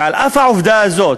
ועל אף העובדה הזאת